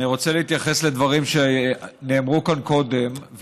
אני רוצה להתייחס לדברים שנאמרו כאן קודם,